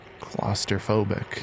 claustrophobic